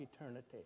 eternity